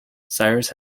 cyrus